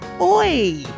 Oi